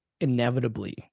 inevitably